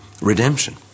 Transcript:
redemption